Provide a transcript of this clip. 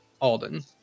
Alden